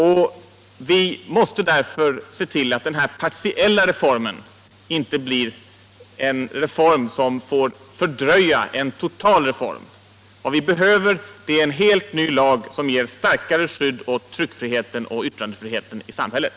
Vi måste därför se till att den partiella reformen inte fördröjer en total reform. Vad vi behöver är en helt ny lag som ger starkare skvdd åt tryckfriheten och yttrandefriheten i samhället.